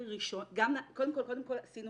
קודם כל עשינו